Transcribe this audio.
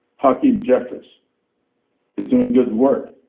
hakeem jeffries is doing good work